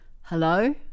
Hello